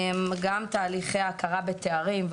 גם תהליכי ההכרה בתארים,